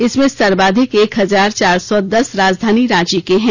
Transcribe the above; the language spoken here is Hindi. इसमें सर्वाधिक एक हजार चार सौ दस राजधानी रांची के हैं